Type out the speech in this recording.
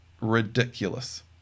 ridiculous